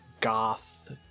goth